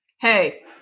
Hey